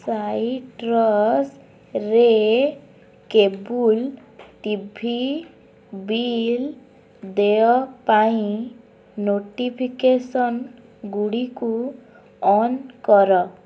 ସାଇଟ୍ରସ୍ରେ cable T V bill ଦେୟ ପାଇଁ notification ଗୁଡ଼ିକୁ ଅନ୍ କର